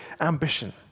ambition